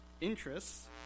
interests